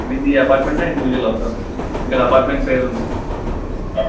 మీది అపార్ట్మెంటా ఇండివిజువల్ హౌసా ఇక్కడ అపార్ట్మెంట్ పేరు ఉంది